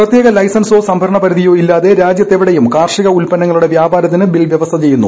പ്രത്യേക ലൈസൻസോ സംഭരണപരിധിയോ ഇല്ലാതെ രാജ്യത്തെ വിടെയും കാർഷിക ഉൽപ്പന്നങ്ങളുടെ വ്യാപാരത്തിന് ബിൽ വ്യവസ്ഥ ചെയ്യുന്നു